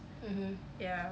mmhmm